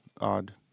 Odd